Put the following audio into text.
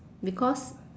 because